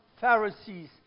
Pharisees